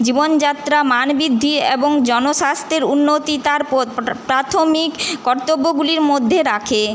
জীবনযাত্রা মান বৃদ্ধি এবং জনস্বাস্থ্যের উন্নতির পদ প্রা প্রাথমিক কর্তব্যগুলির মধ্যে রাখে